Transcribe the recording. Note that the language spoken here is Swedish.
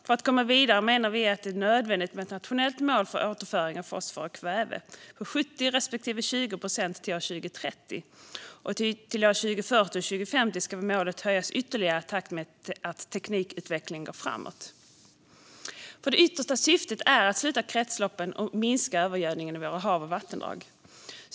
För att komma vidare menar vi att det är nödvändigt med ett nationellt mål för återföring av fosfor och kväve på 70 respektive 20 procent till år 2030. Till år 2040 och 2050 ska målet höjas ytterligare i takt med att teknikutvecklingen går framåt. Det yttersta syftet är att sluta kretsloppen och minska övergödningen i våra hav och vattendrag.